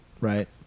right